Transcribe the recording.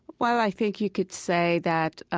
well, i think you could say that